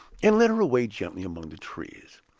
and led her away gently among the trees.